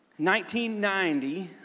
1990